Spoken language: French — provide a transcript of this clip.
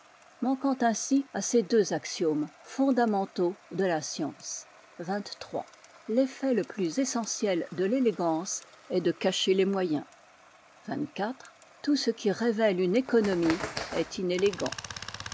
manquant ainsi à ces deux axiomes fondamentaux de la science xxiii l'effet le plus essentiel de l'élégance est de cacher les moyens xxiv tout ce qui révèle une économie est inélégant